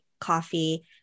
coffee